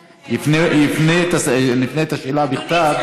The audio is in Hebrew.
ונפנה את השאלה בכתב לשר.